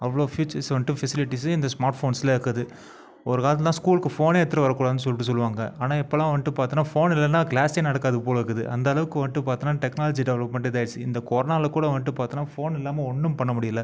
அவ்வளோ ஃபுயூச்சர்ஸ் வந்துட்டு ஃபெஸிலிட்டிஸ் இந்த ஸ்மார்ட் ஃபோன்ஸில் இருக்குது ஒரு காலத்லலாம் ஸ்கூலுக்கு ஃபோனே எடுத்துட்டு வரக்கூடாதுனு சொல்லிட்டு சொல்வாங்கள் ஆனால் இப்போலாம் வந்துட்டு பார்த்தோனா ஃபோன் இல்லேன்னா க்ளாஸே நடக்காது போலருக்குது அந்த அளவுக்கு வந்துட்டு பார்த்தோனா டெக்னாலஜி டெவலப்மண்ட் இதாகிடுச்சி இந்த கொரோனாவில் கூட வந்துட்டு பார்த்தோம்னா ஃபோன் இல்லாமல் ஒன்றும் பண்ண முடியல